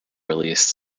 released